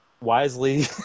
wisely